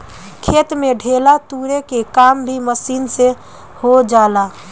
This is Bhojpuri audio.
खेत में ढेला तुरे के काम भी मशीन से हो जाला